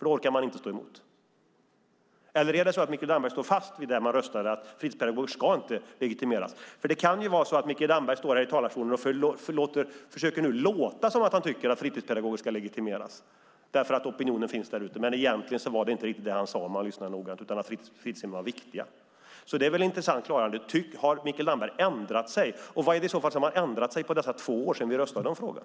De orkar inte stå emot. Eller är det så att Mikael Damberg står fast vid det man röstade för, att fritidspedagoger inte ska legitimeras? Det kan ju vara så att Mikael Damberg står här i talarstolen och försöker låta som att han tycker att fritidspedagoger ska legitimeras för att opinionen finns där ute. Men egentligen var det kanske inte riktigt det han sade, om man lyssnade noggrant, utan att fritidshem var viktiga. Det är ett intressant klargörande. Har Mikael Damberg ändrat sig? Vad är det i så fall som har ändrat sig under de två år som gått sedan vi röstade om frågan?